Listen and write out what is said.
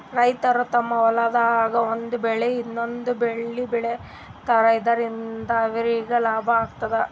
ರೈತರ್ ತಮ್ಮ್ ಹೊಲ್ದಾಗ್ ಒಂದ್ ಬೆಳಿ ಇನ್ನೊಂದ್ ಬೆಳಿ ಬೆಳಿತಾರ್ ಇದರಿಂದ ಅವ್ರಿಗ್ ಲಾಭ ಆತದ್